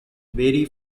vary